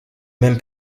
même